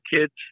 kids